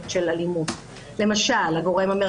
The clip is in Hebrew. סדר הדיון יהיה כדלקמן.